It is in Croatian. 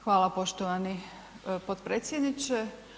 Hvala poštovani potpredsjedniče.